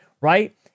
right